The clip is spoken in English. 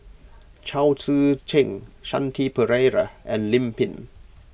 Chao Tzee Cheng Shanti Pereira and Lim Pin